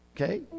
Okay